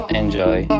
enjoy